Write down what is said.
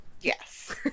Yes